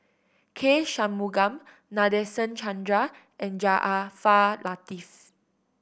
K Shanmugam Nadasen Chandra and Jaafar Latiff